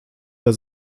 der